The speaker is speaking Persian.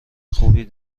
خوبی